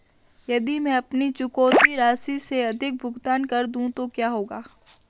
यदि मैं अपनी चुकौती राशि से अधिक भुगतान कर दूं तो क्या होगा?